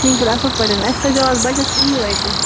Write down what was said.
ٹھیٖک پٲٹھۍ اَصٕل پٲٹھۍ اَسہِ تھٲے زیو آز بَچَس لیٖو اَتہِ